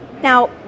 Now